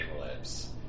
lips